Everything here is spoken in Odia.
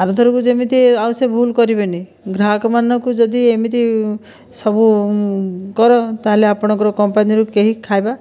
ଆରଥରକୁ ଯେମିତି ଆଉ ସେ ଭୁଲ୍ କରିବେନାହିଁ ଗ୍ରାହକମାନଙ୍କୁ ଯଦି ଏମିତି ସବୁ କର ତା'ହେଲେ ଆପଣଙ୍କର କମ୍ପାନୀରୁ କେହି ଖାଇବା